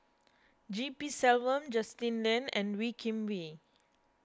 G P Selvam Justin Lean and Wee Kim Wee